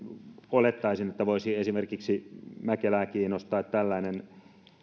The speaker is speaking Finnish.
olettaisin että voisi esimerkiksi mäkelää kiinnostaa tällainen